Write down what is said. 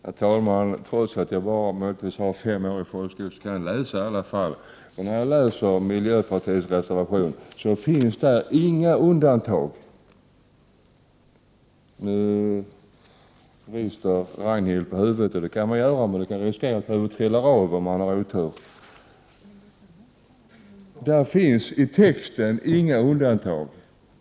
Herr talman! Trots att jag har bara fem år från folkskolan kan jag i varje fall läsa. När jag läser miljöpartiets reservation, finner jag där inte några undantag. Jag ser att Ragnhild Pohanka ruskar på huvudet, och det kan hon göra. Men Ragnhild Pohanka kan ruska på huvudet tills det ramlar av, om hon har otur. I texten finns det inga undantag.